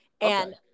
and-